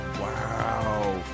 Wow